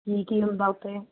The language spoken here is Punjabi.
ਕੀ ਕੀ ਹੁੰਦਾ ਉੱਥੇ